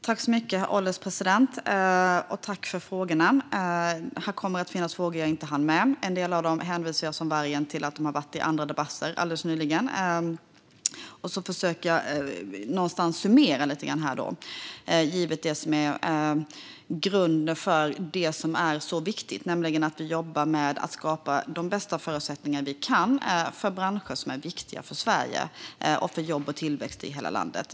Herr ålderspresident! Jag tackar för frågorna. Här finns frågor som jag inte hinner med, och en del frågor hänvisar jag till att de nyligen har tagits upp i andra debatter. I stället ska jag försöka summera, givet det som är grunden för vad som är så viktigt, nämligen att vi jobbar med att skapa de bästa förutsättningarna vi kan för branscher som är viktiga för Sverige och för jobb och tillväxt i hela landet.